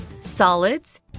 solids